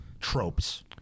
tropes